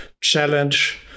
challenge